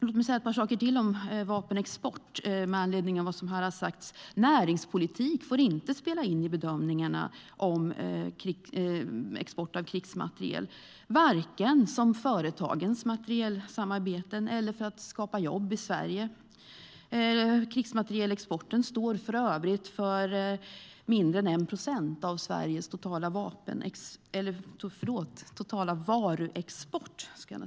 Låt mig säga ett par saker till om vapenexport med anledning av vad som här har sagts. Näringspolitik får inte spela in i bedömningarna om export av krigsmateriel, vare sig som företagens materielsamarbeten eller för att skapa jobb i Sverige. Krigsmaterielexporten står för övrigt för mindre än 1 procent av Sveriges totala varuexport.